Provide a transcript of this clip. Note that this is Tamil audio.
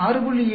7 3